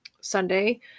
Sunday